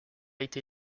été